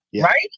right